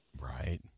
Right